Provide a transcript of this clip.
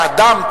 האדם,